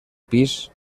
pis